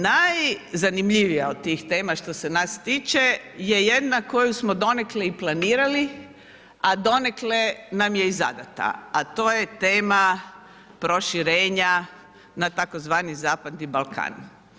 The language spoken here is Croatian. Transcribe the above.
Najzanimljivija od tih tema što se nas tiče je jedna koju smo donekle i planirali a donekle nam je i zadata a to je tema proširenja na tzv. Zapadni Balkan.